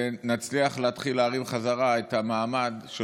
ונצליח להתחיל להרים בחזרה את המעמד של